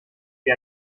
wie